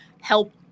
help